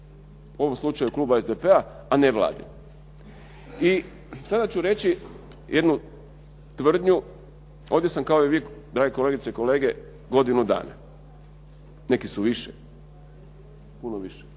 u ovom slučaju kluba SDP-a, a ne Vladin. I sada ću reći jednu tvrdnju. Ovdje sam kao i vi drage kolegice i kolege godinu dana, neki su više, puno više,